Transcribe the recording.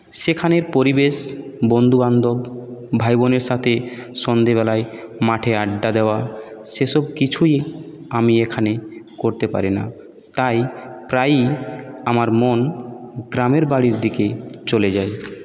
সেখানের পরিবেশ বন্ধু বান্ধব ভাই বোনের সাথে সন্ধ্যেবেলায় মাঠে আড্ডা দেওয়া সেসব কিছুই আমি এখানে করতে পারি না তাই প্রায়ই আমার মন গ্রামের বাড়ির দিকে চলে যায়